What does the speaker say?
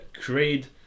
create